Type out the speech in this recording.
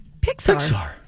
Pixar